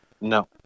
No